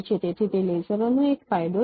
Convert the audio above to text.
તેથી તે લેસરોનો એક ફાયદો છે